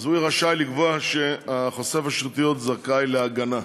שהוא יהיה רשאי לקבוע שחושף השחיתויות זכאי להגנה.